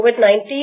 COVID-19